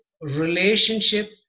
relationship